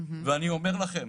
אני אומר לכם: